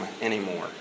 anymore